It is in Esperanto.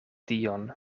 dion